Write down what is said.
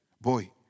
Boy